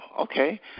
okay